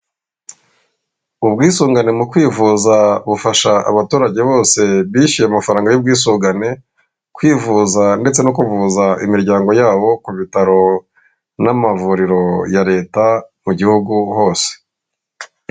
Ubwisungane mu kwivuza bufasha abaturage bose bishyuye amafaranga y'ubwisungane kwivuza ndetse no kuvuza imiryango yabo ku bitaro n'amavuriro ya leta mu gihugu hose.